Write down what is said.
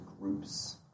groups